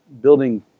building